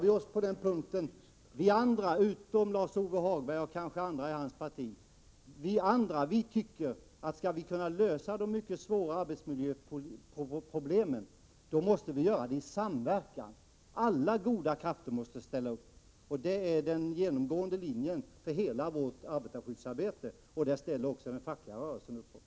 Våra uppfattningar delar sig på en punkt: Lars-Ove Hagberg och kanske andra i hans parti tycker inte som vi, att om vi skall kunna lösa de mycket svåra arbetsmiljöproblemen, måste vi göra det i samverkan. Alla goda krafter måste ställa upp. Det är den genomgående linjen i hela vårt arbetarskyddsarbete, och för det ställer också den fackliga rörelsen upp.